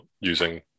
using